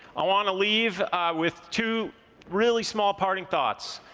i wanna leave with two really small parting thoughts.